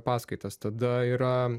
paskaitas tada yra